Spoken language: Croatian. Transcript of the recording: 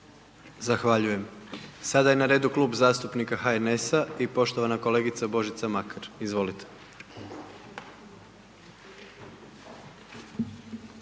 Zahvaljujem. Sada je na redu Klub zastupnika HNS-a i poštovana kolegica Božica Makar. Izvolite.